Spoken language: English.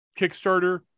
kickstarter